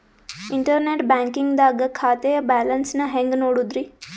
Internet banking ದಾಗ ಖಾತೆಯ balance ನ ಹೆಂಗ್ ನೋಡುದ್ರಿ?